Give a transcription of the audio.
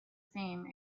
same